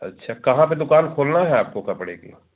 अच्छा कहाँ पर दुकान खोलनी है आपको कपड़े की